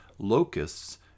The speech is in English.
locusts